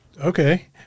Okay